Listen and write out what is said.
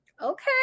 Okay